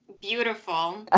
beautiful